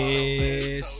Yes